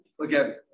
again